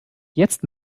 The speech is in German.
jetzt